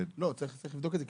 צריך לבדוק את זה.